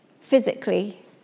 physically